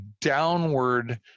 downward